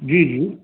जी जी